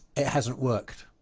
it hasn't worked